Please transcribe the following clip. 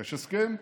יש הסכם,